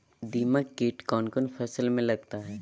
दीमक किट कौन कौन फसल में लगता है?